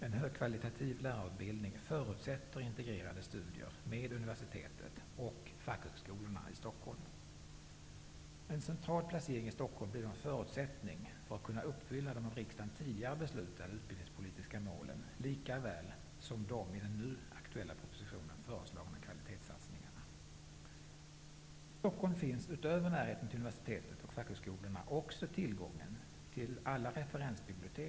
En högkvalitativ lärarutbildning förutsätter integrerade studier med universitetet och fackhögskolorna i Stockholm. En central placering i Stockholm blir då en förutsättning för att kunna uppfylla de av riksdagen tidigare beslutade utbildningspolitiska målen, likaväl som de i den nu aktuella propositionen föreslagna kvalitetssatsningarna. I Stockholm finns, utöver närheten till universitetet och fackhögskolorna, också tillgång till alla referensbibliotek.